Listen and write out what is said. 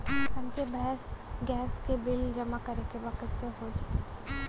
हमके गैस के बिल जमा करे के बा कैसे जमा होई?